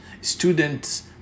students